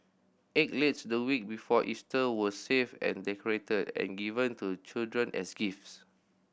egg laid the week before Easter were saved and decorated and given to children as gifts